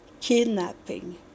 kidnapping